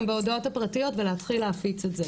בהודעות הפרטיות ולהתחיל להפיץ את זה,